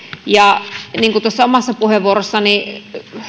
ja niin kuin tuossa omassa puheenvuorossani